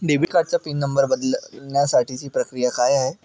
Debit कार्डचा PIN number बदलण्यासाठीची प्रक्रिया काय आहे?